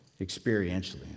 experientially